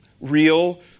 real